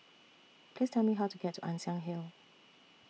Please Tell Me How to get to Ann Siang Hill